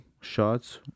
shots